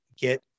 get